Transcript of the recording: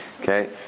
okay